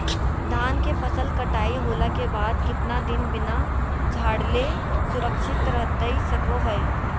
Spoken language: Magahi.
धान के फसल कटाई होला के बाद कितना दिन बिना झाड़ले सुरक्षित रहतई सको हय?